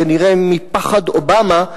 כנראה מפחד אובמה,